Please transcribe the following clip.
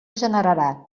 generarà